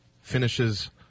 finishes